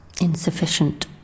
insufficient